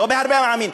לא הרבה פעמים,